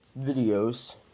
Videos